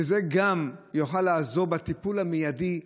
שזה גם יוכל לעזור בטיפול המיידי והראשוני.